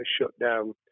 shutdown